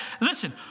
Listen